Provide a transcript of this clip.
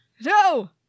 No